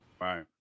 Right